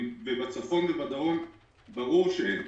בצפון, בוודאות, ברור שאין.